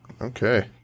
Okay